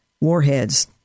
warheads